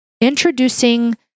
introducing